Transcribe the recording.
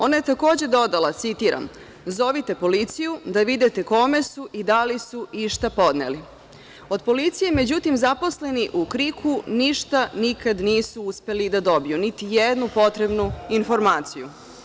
Ona je takođe dodala, citiram: „Zovite policiju da vidite kome su i da li su išta podneli.“ Od policije, međutim, zaposleni u „Kriku“ ništa nikad nisu uspeli da dobiju niti jednu potrebnu informaciju.